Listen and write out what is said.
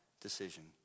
decision